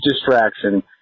distraction